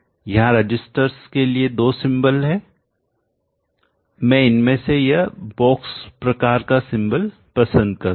यहां रजिस्टर्स के लिए दो सिंबल है मैं इनमें से यह बॉक्स प्रकार का सिंबल पसंद करूंगा